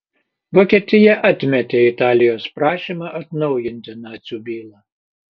vokietija atmetė italijos prašymą atnaujinti nacių bylą